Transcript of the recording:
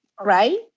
right